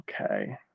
Okay